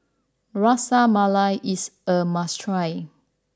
Ras Malai is a must try